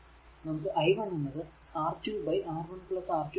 നമുക്ക് i 1 എന്നത് R2 R1 R2 i